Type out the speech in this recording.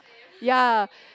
ya